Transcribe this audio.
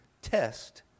Test